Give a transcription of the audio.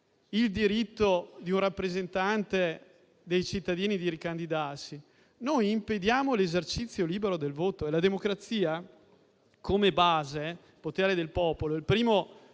il diritto di un rappresentante dei cittadini di ricandidarsi, noi impediamo l'esercizio libero del voto e, in democrazia, il primo potere